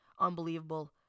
unbelievable